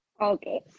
Okay